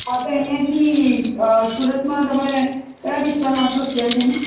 આપણે અહીંયાથી સુરતમાં તમારે કયા વિસ્તારમાં છો અત્યારે તમે